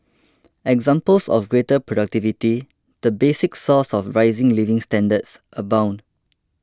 examples of greater productivity the basic source of rising living standards abound